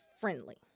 friendly